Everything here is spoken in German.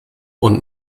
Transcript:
und